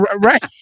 right